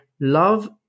love